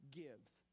gives